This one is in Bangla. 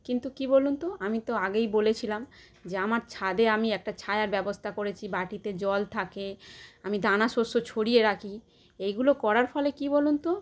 কিন্তু কী বলুন তো আমি তো আগেই বলেছিলাম যে আমার ছাদে আমি একটা ছায়ার ব্যবস্থা করেছি বাটিতে জল থাকে আমি দানা শস্য ছড়িয়ে রাখি এইগুলো করার ফলে কী বলুন তো